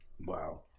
Wow